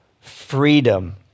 Freedom